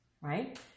right